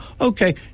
okay